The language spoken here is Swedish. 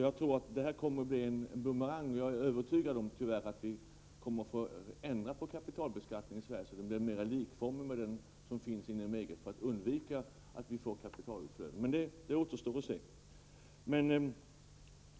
Jag tror att det kommer att bli fråga om en bumerangeffekt, och jag är tyvärr övertygad om att vi i Sverige kommer att få lov att ändra på kapitalbeskattningen så att den blir lik den inom EG. Detta blir nödvändigt för att undvika ett kapitalutflöde. Detta återstår emellertid att se.